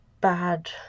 bad